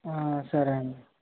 సరే అండి